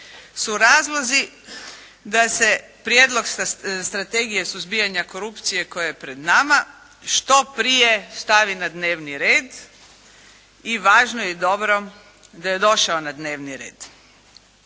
su razlozi da se Prijedlog strategije suzbijanja korupcije koja je pred nama što prije stavi na dnevni red. I važno je dobro, da je došao na dnevni red.